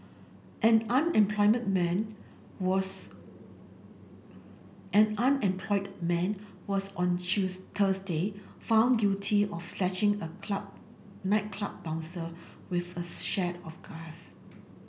an unemployed man was an unemployed man was on Thursday found guilty of slashing a club nightclub bouncer with a shard of glass